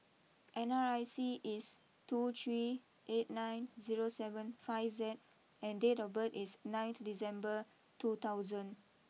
N R I C is two three eight nine zero seven five Z and date of birth is nineth December two thousand